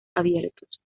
abiertos